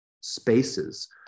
spaces